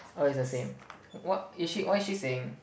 oh is the same what is she what is she saying